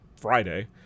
Friday